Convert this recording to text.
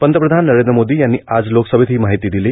पंतप्रधान नरेंद्र मोदी यांनी आज लोकसभेत ही माहिती दिली